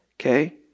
Okay